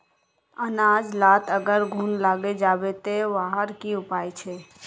अनाज लात अगर घुन लागे जाबे ते वहार की उपाय छे?